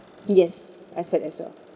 yes I've heard as well